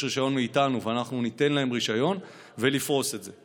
רישיון מאיתנו ואנחנו ניתן להם רישיון ולפרוס את זה.